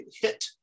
hit